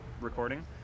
recording